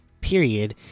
period